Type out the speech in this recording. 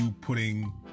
putting